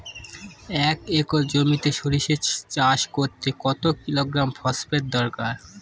এক একর জমিতে সরষে চাষ করতে কত কিলোগ্রাম ফসফেট দরকার?